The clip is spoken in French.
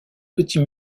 petit